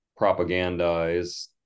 propagandize